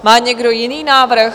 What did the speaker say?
Má někdo jiný návrh?